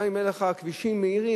וגם אם יהיו לך כבישים מהירים,